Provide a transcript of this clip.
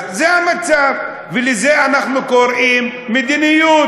אז זה המצב, ולזה אנחנו קוראים מדיניות.